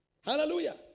Hallelujah